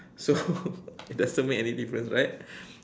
so it doesn't make any difference right